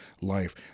life